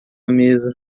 mesa